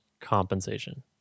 compensation